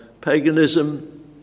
paganism